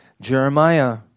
Jeremiah